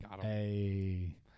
Hey